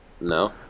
No